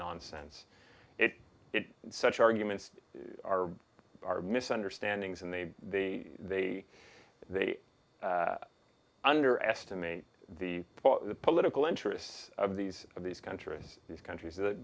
nonsense it is such arguments are are misunderstandings and they they they they underestimate the political interests of these of these countries these countries that